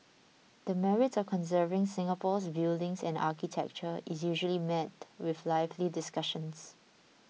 the merits of conserving Singapore's buildings and architecture is usually met with lively discussions